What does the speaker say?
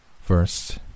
First